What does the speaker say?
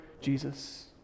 Jesus